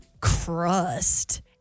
Crust